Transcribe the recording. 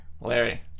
Larry